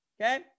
okay